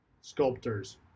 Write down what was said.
sculptors